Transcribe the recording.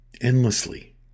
endlessly